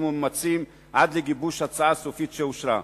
וממצים עד לגיבוש הצעה סופית שאושרה,